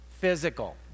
Physical